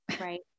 Right